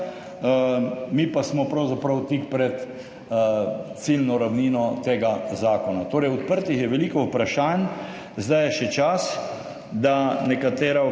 mi pa smo pravzaprav tik pred ciljno ravnino tega zakona. Torej, odprtih je veliko vprašanj. Zdaj je še čas, da nekatera, da za